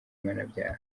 mpanabyaha